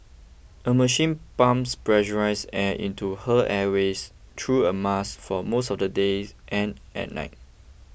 a machine pumps pressurised air into her airways through a mask for most of the day and at night